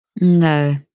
No